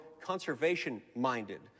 conservation-minded